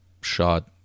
shot